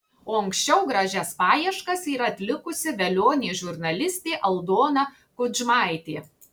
o anksčiau gražias paieškas yra atlikusi velionė žurnalistė aldona kudžmaitė